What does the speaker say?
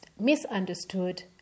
misunderstood